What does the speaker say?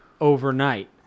overnight